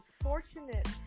fortunate